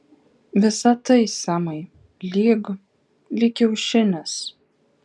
visa tai semai lyg lyg kiaušinis